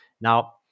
Now